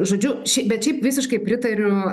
žodžiu ši bet šiaip visiškai pritariu